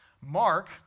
Mark